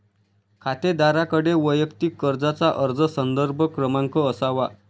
खातेदाराकडे वैयक्तिक कर्जाचा अर्ज संदर्भ क्रमांक असावा